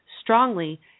strongly